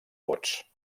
vots